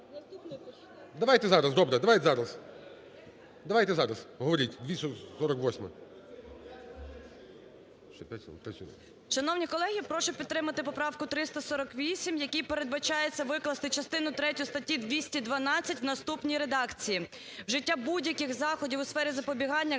Давайте зараз. Добре, давайте зараз. Давайте зараз. Говоріть. 248-а. 12:10:25 СУСЛОВА І.М. Шановні колеги, прошу підтримати поправку 348, якій передбачається викласти частину третю статті 212 в наступній редакції "вжиття будь-яких заходів у сфері запобігання